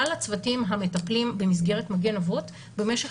כלל הצוותים המטפלים במסגרת מגן אבות במשך